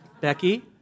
Becky